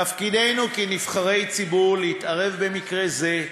תפקידנו כנבחרי ציבור להתערב במקרה זה,